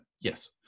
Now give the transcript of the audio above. Yes